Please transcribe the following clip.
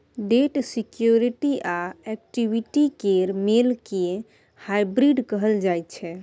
date security आ equity केर मेल केँ हाइब्रिड कहल जाइ छै